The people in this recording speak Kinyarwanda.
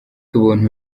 buntu